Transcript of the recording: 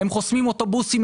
הם חוסמים אוטובוסים,